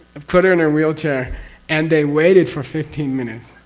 i've put her in her wheelchair and they waited for fifteen minutes,